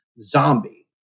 zombie